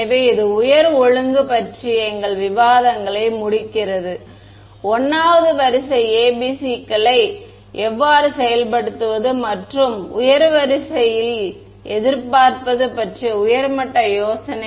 எனவே இது உயர் ஒழுங்கு பற்றிய எங்கள் விவாதங்களை முடிக்கிறது 1 வது வரிசை ABC க்களை எவ்வாறு செயல்படுத்துவது மற்றும் உயர் வரிசையில் எதிர்பார்ப்பது பற்றிய உயர் மட்ட யோசனை